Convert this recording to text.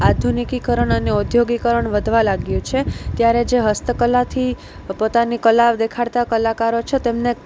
આધુનિકીકરણ અને ઉદ્યોગીકરણ વધવા લાગ્યું છે ત્યારે જે હસ્તકલાથી પોતાની કલા દેખાડતા કલાકારો છે તેમને